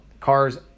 cars